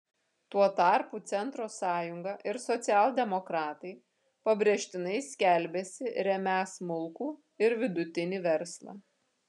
tuo tarpu centro sąjunga ir socialdemokratai pabrėžtinai skelbiasi remią smulkų ir vidutinį verslą